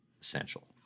essential